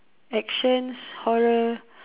actions horror